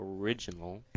original